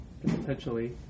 Potentially